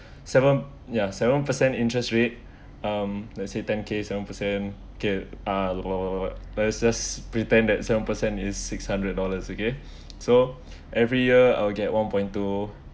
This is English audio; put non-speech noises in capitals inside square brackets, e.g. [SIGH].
seven ya seven percent interest rate um let's say ten k seven percent get uh what what what what let's just pretend that seven percent is six hundred dollars okay [BREATH] so every year I will get one point two